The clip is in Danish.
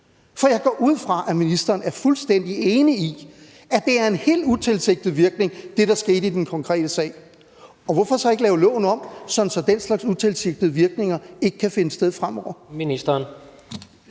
For jeg går ud fra, at ministeren er fuldstændig enig i, at det, der skete i den konkrete sag, er en helt utilsigtet virkning. Og hvorfor så ikke lave loven om, så den slags utilsigtede virkninger ikke kan finde sted fremover?